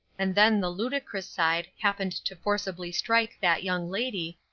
and then the ludicrous side happened to forcibly strike that young lady,